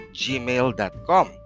gmail.com